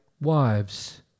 wives